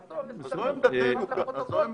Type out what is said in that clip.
--- לפרוטוקול,